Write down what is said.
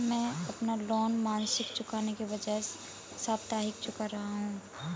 मैं अपना लोन मासिक चुकाने के बजाए साप्ताहिक चुका रहा हूँ